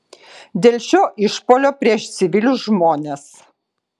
dėl šio išpuolio prieš civilius žmones